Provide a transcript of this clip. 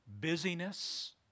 busyness